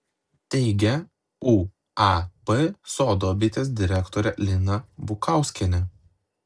teigia uab sodo bitės direktorė lina bukauskienė